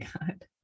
God